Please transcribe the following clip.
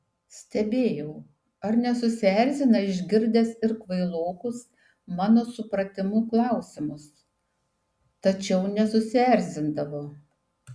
stebėjau ar nesusierzina išgirdęs ir kvailokus mano supratimu klausimus tačiau nesusierzindavo